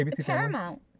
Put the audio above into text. Paramount